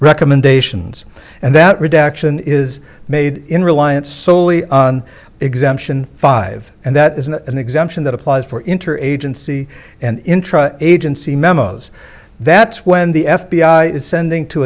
recommendations and that reduction is made in reliance solely on exemption five and that is an exemption that applies for interagency and intra agency memos that's when the f b i is sending to